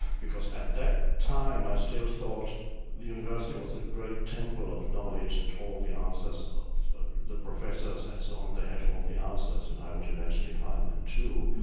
because at that time, i still thought the university was the great temple of knowledge, and all the answers the professors and so on, they had all the answers and i would eventually find them too.